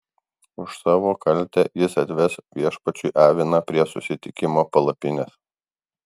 už savo kaltę jis atves viešpačiui aviną prie susitikimo palapinės